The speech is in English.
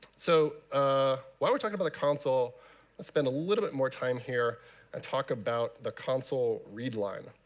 so ah while we talk about the console, let's spend a little bit more time here and talk about the console read line.